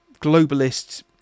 globalists